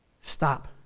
stop